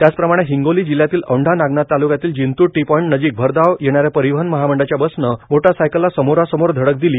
त्याचप्रमाण हिंगोली जिल्ह्यातील औंढा नागनाथ तालुक्यातील Jintur T point नजीक भरधाव येणाऱ्या परिवहन महामंडळाच्या बसने मोटरसायकलला समोर समोर धडक दिली